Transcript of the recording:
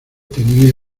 temía